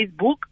Facebook